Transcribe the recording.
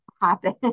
happen